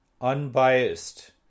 unbiased